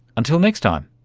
until next time